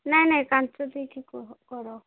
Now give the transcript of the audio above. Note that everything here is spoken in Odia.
ନାଇଁ ନାଇଁ କାଁଚ ଦେଇକି କ କର